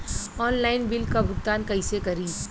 Online bill क भुगतान कईसे करी?